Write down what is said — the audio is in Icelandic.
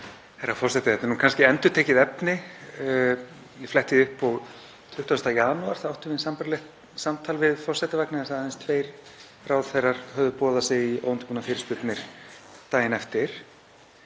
Þetta er kannski endurtekið efni. Ég fletti því upp og 20. janúar áttum við sambærilegt samtal við forseta vegna þess að aðeins tveir ráðherrar höfðu boðað sig í óundirbúnar fyrirspurnir daginn eftir.